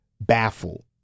baffled